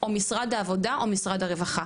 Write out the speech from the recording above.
משרד העבודה או משרד הרווחה,